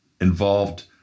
involved